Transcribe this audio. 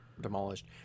demolished